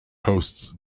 hosts